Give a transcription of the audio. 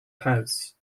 house